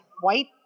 white